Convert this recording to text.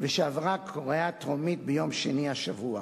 ושעברה בקריאה טרומית ביום שני השבוע.